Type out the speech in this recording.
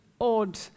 odd